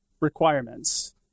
requirements